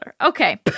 Okay